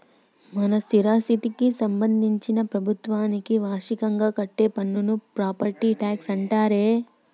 మన స్థిరాస్థికి సంబందించిన ప్రభుత్వానికి వార్షికంగా కట్టే పన్నును ప్రాపట్టి ట్యాక్స్ అంటారే